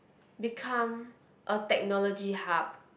become a technology hub